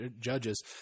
judges